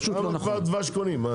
כמה דבש קונים?